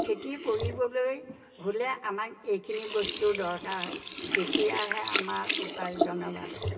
খেতি কৰিবলৈ হ'লে আমাক এইখিনি বস্তু দৰকাৰ হয় তেতিয়াহে আমাৰ উপাৰ্জনৰ বাট ওলাব